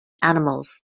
animals